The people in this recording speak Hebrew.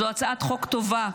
זו הצעת חוק טובה,